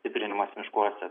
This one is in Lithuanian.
stiprinimas miškuose